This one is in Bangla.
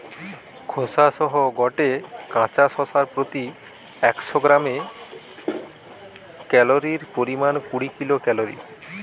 খোসা সহ গটে কাঁচা শশার প্রতি একশ গ্রামে ক্যালরীর পরিমাণ কুড়ি কিলো ক্যালরী